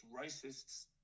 racists